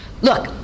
look